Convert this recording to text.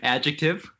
Adjective